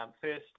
first